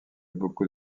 beaucoup